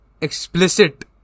explicit